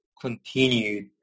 continued